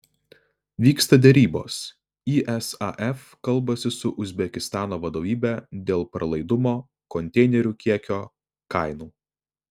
vyksta derybos isaf kalbasi su uzbekistano vadovybe dėl pralaidumo konteinerių kiekio kainų